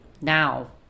now